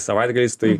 savaitgaliais tai